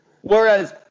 Whereas